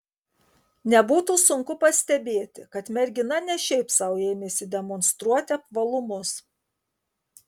nebūtų sunku pastebėti kad mergina ne šiaip sau ėmėsi demonstruoti apvalumus